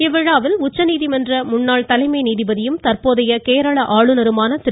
இவ்விழாவில் உச்சநீதிமன்ற முன்னாள் தலைமை நீதிபதியும் தற்போதைய கேரள ஆளுநருமான திரு